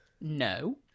No